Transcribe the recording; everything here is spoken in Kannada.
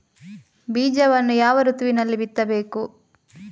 ಬೀಜವನ್ನು ಯಾವ ಋತುವಿನಲ್ಲಿ ಬಿತ್ತಬೇಕು?